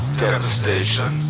devastation